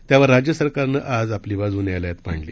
त्यावर राज्य सरकारनं आज आपली बाजू न्यायालयात मांडली